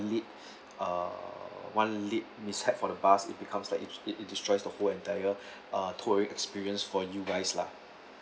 late uh one late miss have for the bus it becomes like it it destroy the whole entire uh touring experience for you guys lah